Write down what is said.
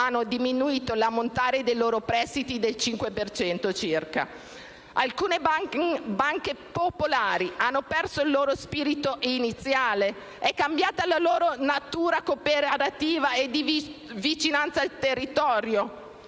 hanno diminuito l'ammontare dei loro prestiti del 5 per cento circa. Alcune banche popolari hanno perso il loro spirito iniziale? È cambiata la loro natura cooperativa e di vicinanza al territorio?